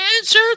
answer